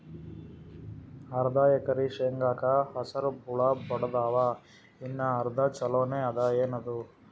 ಅರ್ಧ ಎಕರಿ ಶೇಂಗಾಕ ಹಸರ ಹುಳ ಬಡದಾವ, ಇನ್ನಾ ಅರ್ಧ ಛೊಲೋನೆ ಅದ, ಏನದು?